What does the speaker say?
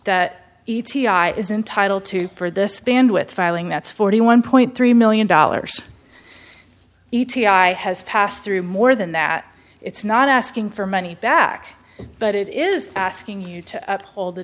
i is entitle to for this band with filing that's forty one point three million dollars e t i has passed through more than that it's not asking for money back but it is asking you to uphold